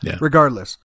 regardless